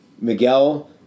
Miguel